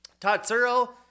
Tatsuro